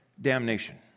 damnation